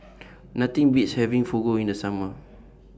Nothing Beats having Fugu in The Summer